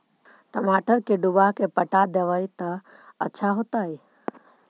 टमाटर के डुबा के पटा देबै त अच्छा होतई?